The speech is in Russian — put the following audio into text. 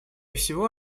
всего